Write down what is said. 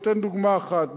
אני אתן דוגמה אחת.